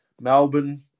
Melbourne